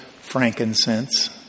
frankincense